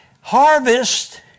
Harvest